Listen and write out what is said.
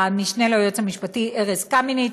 המשנה ליועץ המשפטי ארז קמיניץ.